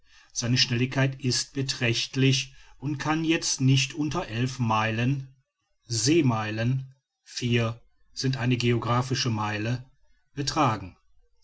seine schnelligkeit ist beträchtlich und kann jetzt nicht unter elf meilen seemeilen sind eine geographische meile betragen